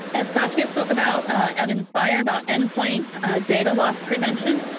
as satya spoke about at inspire, about endpoint data loss prevention,